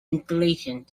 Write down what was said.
installations